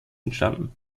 entstanden